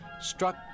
struck